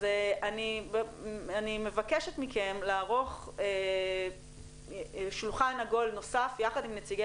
אני מבקשת מכם לערוך שולחן עגול נוסף יחד עם נציגי